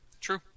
True